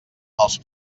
els